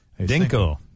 Dinko